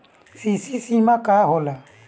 CC सीमा का होला?